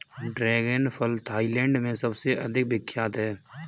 dragon फल Thailand में सबसे अधिक विख्यात है